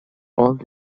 old